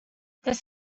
this